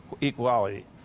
equality